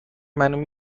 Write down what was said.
منو